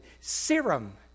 serum